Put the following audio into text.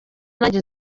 nanjye